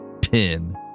ten